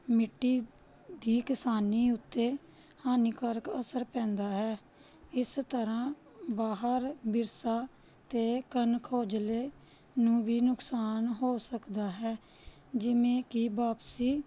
ਮਿੱਟੀ ਦੀ ਕਿਸਾਨੀ ਉੱਤੇ ਹਾਨੀਕਾਰਕ ਅਸਰ ਪੈਂਦਾ ਹੈ ਇਸ ਤਰ੍ਹਾਂ ਬਾਹਰ ਵਿਰਸਾ ਅਤੇ ਕਨ ਖੋਜਲੇ ਨੂੰ ਵੀ ਨੁਕਸਾਨ ਹੋ ਸਕਦਾ ਹੈ ਜਿਵੇਂ ਕਿ ਵਾਪਸੀ